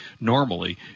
normally